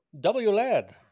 WLED